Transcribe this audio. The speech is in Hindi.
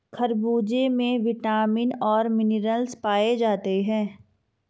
खरबूजे में विटामिन और मिनरल्स पाए जाते हैं